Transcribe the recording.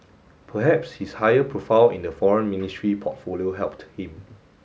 perhaps his higher profile in the Foreign Ministry portfolio helped him